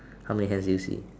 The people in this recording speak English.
how many hands do you see